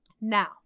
Now